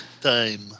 time